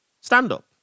stand-up